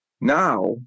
now